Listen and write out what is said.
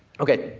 ok.